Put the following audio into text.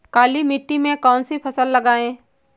काली मिट्टी में कौन सी फसल लगाएँ?